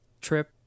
trip